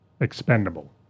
expendable